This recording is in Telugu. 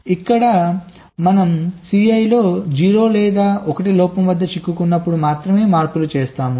ఇక్కడ మనం Cl లో 0 లేదా 1 లోపం వద్ద చిక్కుకున్నప్పుడు మాత్రమే మార్పులు చేస్తాము